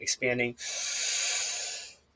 expanding